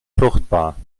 fruchtbar